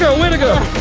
ah way to go,